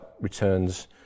returns